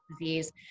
disease